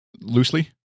loosely